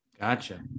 Gotcha